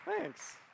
thanks